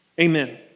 Amen